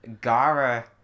Gara